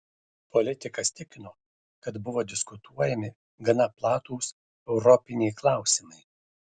politikas tikino kad buvo diskutuojami gana platūs europiniai klausimai